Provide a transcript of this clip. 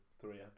three